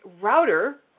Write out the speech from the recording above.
router